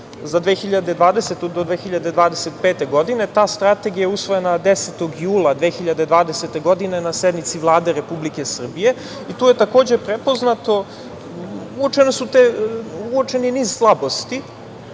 za 2020. do 2025. godine. Strategija je usvojena 10. jula 2020. godine na sednici Vlade Republike Srbije i tu je takođe prepoznato, uočen je niz slabosti,